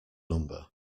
number